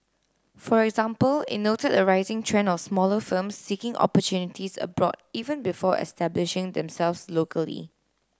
for example it noted a rising trend of smaller firms seeking opportunities abroad even before establishing themselves locally